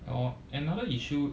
orh another issue